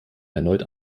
erneut